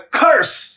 curse